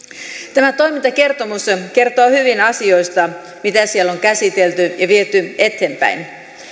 tämä toimintakertomus kertoo hyvin asioista mitä siellä on käsitelty ja viety eteenpäin